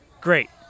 Great